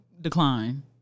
decline